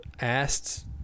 asked